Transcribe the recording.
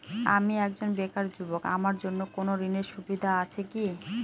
আমি একজন বেকার যুবক আমার জন্য কোন ঋণের সুবিধা আছে কি?